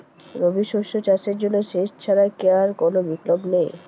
রবি শস্য চাষের জন্য সেচ ছাড়া কি আর কোন বিকল্প নেই?